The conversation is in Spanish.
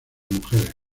mujeres